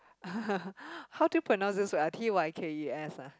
how do you pronounce this ah T Y K E S ah